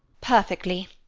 perfectly.